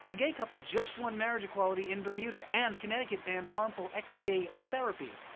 a gay couple just won marriage equality in bermuda, and connecticut banned harmful ex-gay therapy.